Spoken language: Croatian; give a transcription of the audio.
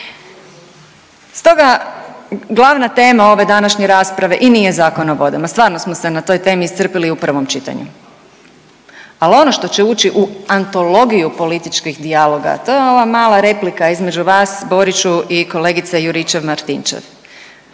Stoga glavna tema ove današnje rasprave i nije Zakon o vodama. Stvarno smo se na toj temi iscrpili u prvom čitanju. Ali, ono što će ući u antologiju političkih dijaloga, a to je ova mala replika između vas Boriću i kolegice Juričev-Martinčev.